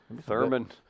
Thurman